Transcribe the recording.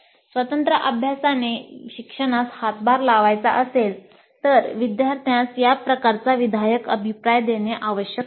स्वतंत्र अभ्यासाने शिक्षणास हातभार लावायचा असेल तर विद्यार्थ्यांस या प्रकारचा विधायक अभिप्राय देणे आवश्यक आहे